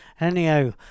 Anyhow